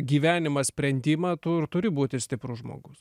gyvenimą sprendimą tu ir turi būti stiprus žmogus